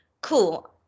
cool